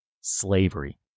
Slavery